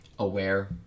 Aware